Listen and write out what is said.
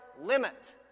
limit